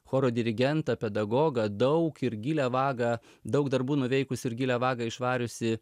choro dirigentą pedagogą daug ir gilią vagą daug darbų nuveikusį ir gilią vagą išvariusį